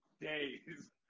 days